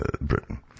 Britain